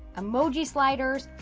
emoji sliders,